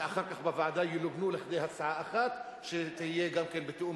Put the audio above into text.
ואחר כך בוועדה הן ילובנו להצעה אחת שתהיה גם כן בתיאום,